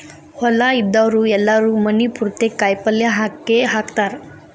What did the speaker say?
ಹೊಲಾ ಇದ್ದಾವ್ರು ಎಲ್ಲಾರೂ ಮನಿ ಪುರ್ತೇಕ ಕಾಯಪಲ್ಯ ಹಾಕೇಹಾಕತಾರ